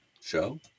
show